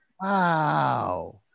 Wow